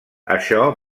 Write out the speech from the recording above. això